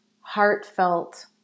heartfelt